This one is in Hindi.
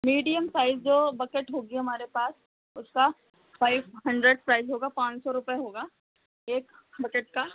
मीडियम साइज़ जो बकेट होगी हमारे पास उसका फ़ाइव हन्ड्रेड प्राइज़ होगा पाँच सौ रुपये होगा एक बकेट का